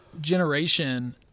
generation